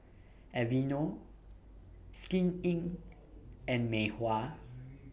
Aveeno Skin Inc and Mei Hua